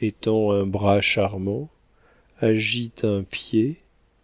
étend un bras charmant agite un pied